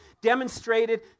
Demonstrated